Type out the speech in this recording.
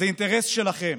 זה אינטרס שלכם.